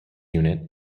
unit